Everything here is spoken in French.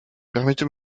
permettez